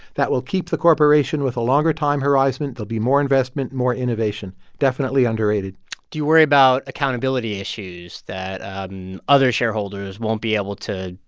that will keep the corporation with a longer time horizon. there'll be more investment, more innovation. definitely underrated do you worry about accountability issues that and other shareholders won't be able to,